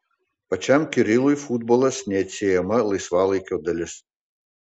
pačiam kirilui futbolas neatsiejama laisvalaikio dalis